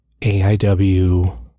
AIW